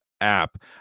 app